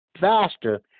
faster